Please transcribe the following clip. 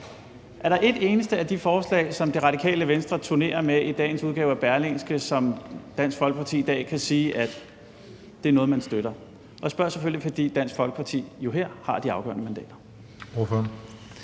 Er der et eneste af de forslag, som Radikale Venstre turnerer med i dagens udgave af Berlingske, som Dansk Folkeparti i dag kan sige er noget, man støtter? Jeg spørger selvfølgelig, fordi Dansk Folkeparti jo her har de afgørende mandater.